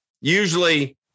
Usually